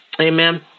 Amen